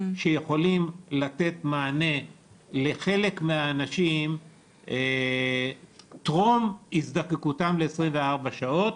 שיכולים לתת מענה לחלק מהאנשים טרום הזדקקותם ל-24 שעות.